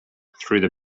through